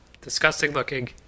disgusting-looking